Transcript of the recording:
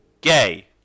Gay